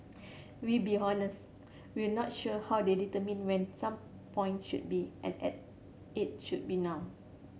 we'll be honest we're not sure how they determined when some point should be and and it should be now